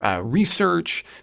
Research